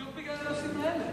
בדיוק בגלל הנושאים האלה.